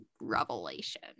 revelation